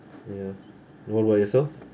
ya what about yourself